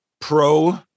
pro